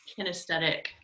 kinesthetic